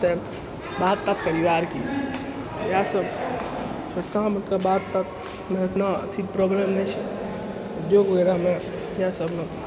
तऽ बात तात करिऔ आओर कि इएहसब कामके बात तातमे एतना अथी प्रॉब्लम नहि छै उद्योग वगैरहमे इएह सबमे